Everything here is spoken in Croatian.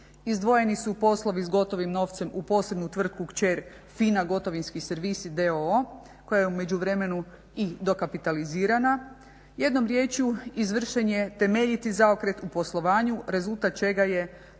izdvojeni su poslovi s gotovim novcem u posebnu tvrtku kćer FINA gotovinski servisi d.o.o. koja je u međuvremenu i dokapitalizirana. Jednom riječju izvršen je temeljiti zaokret u poslovanju rezultat čega je